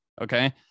okay